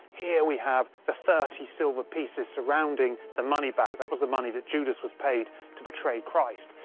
here we have the thirty silver pieces surrounding the money bag that was the money that judas was paid to betray christ.